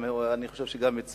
אני חושב שגם הוא הצביע,